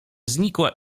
znikła